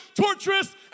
torturous